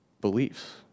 beliefs